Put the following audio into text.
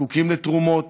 זקוקים לתרומות.